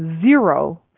zero